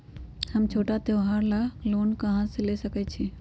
हम छोटा त्योहार ला लोन कहां से ले सकई छी?